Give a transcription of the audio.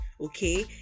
Okay